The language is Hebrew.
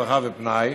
רווחה ופנאי,